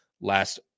last